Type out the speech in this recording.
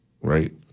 right